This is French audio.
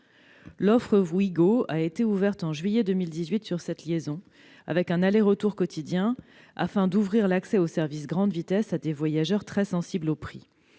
L'offre Ouigo a été ouverte en juillet 2018 sur cette liaison, avec un aller-retour quotidien, afin d'ouvrir l'accès aux services grande vitesse à des voyageurs très sensibles aux prix.